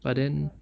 but then